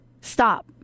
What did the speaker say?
stop